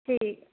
ठीक